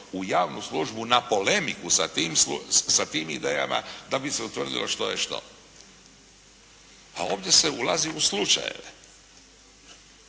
u javnu službu na polemiku sa tim idejama da bi se utvrdilo što je što. A ovdje se ulazi u slučajeve.